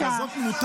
בבקשה.